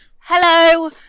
Hello